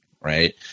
right